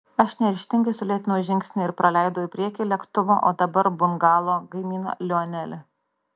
aš neryžtingai sulėtinau žingsnį ir praleidau į priekį lėktuvo o dabar bungalo kaimyną lionelį